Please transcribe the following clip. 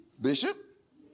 Bishop